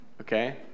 Okay